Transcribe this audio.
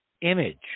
image